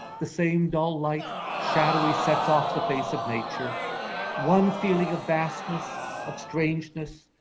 the same dull light shadowy sets off the face of nature one feeling of vastness of strangeness,